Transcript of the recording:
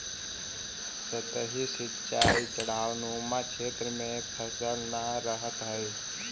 सतही सिंचाई ढवाऊनुमा क्षेत्र में सफल न रहऽ हइ